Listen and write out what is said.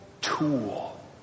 tool